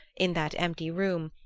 in that empty room,